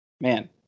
man